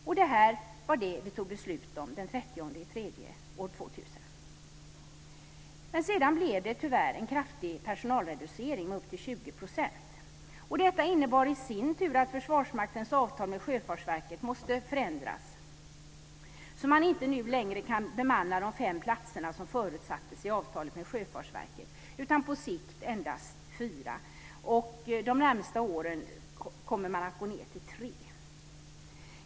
Och det var detta som vi fattade beslut om den 30 mars 2000. Sedan blev det tyvärr en kraftig personalreducering med upp till 20 %. Detta innebar i sin tur att Försvarsmaktens avtal med Sjöfartsverket måste förändras, så att man inte nu längre kan bemanna de fem platser som förutsattes i avtalet med Sjöfartsverket utan på sikt endast fyra. De närmaste åren kommer man att minska antalet platser till tre.